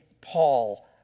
Paul